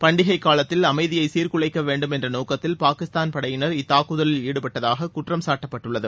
பண்டிகை காலத்தில் அமைதியை சீர்குலைக்க வேண்டும் என்ற நோக்கத்தில் பாகிஸ்தான் படையினர் இத்தாக்குதலில் ஈடுபட்டதாக குற்றம்சாட்டப்பட்டுள்ளது